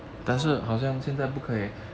so